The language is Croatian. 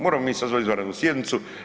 Možemo mi sazvati izvanrednu sjednicu.